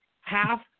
half